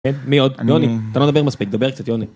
כן, מי עוד? יוני. אתה לא מדבר מספיק דובר קצת יוני.